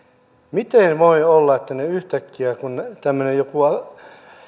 miten voi olla että yhtäkkiä kun tämmöinen joku